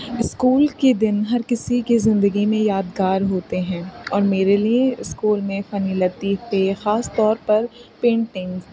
school کے دن ہر کسی کی زندگی میں یادگار ہوتے ہیں اور میرے لیے اسکول میں فنی لطیفے خاص طور پر پینٹنگس